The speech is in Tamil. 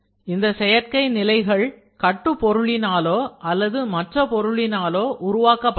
இந்த செயற்கை நிலைகள் கட்டுப் பொருளினாலோ அல்லது மற்றொரு பொருளினாலோ உருவாக்கப்படலாம்